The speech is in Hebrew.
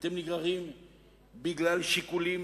אתם נגררים בגלל שיקולים